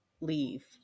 leave